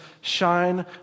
shine